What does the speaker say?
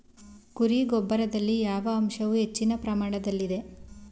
ಕುರಿ ಗೊಬ್ಬರದಲ್ಲಿ ಯಾವ ಅಂಶವು ಹೆಚ್ಚಿನ ಪ್ರಮಾಣದಲ್ಲಿದೆ?